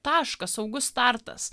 taškas saugus startas